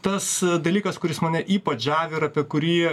tas dalykas kuris mane ypač žavi ir apie kurį